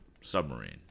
submarine